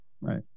Right